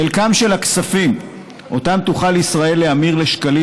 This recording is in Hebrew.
חלקם של הכספים שאותם תוכל ישראל להמיר לשקלים